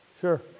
Sure